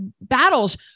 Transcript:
battles